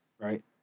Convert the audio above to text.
right